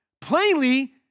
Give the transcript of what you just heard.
plainly